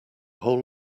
whole